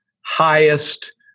highest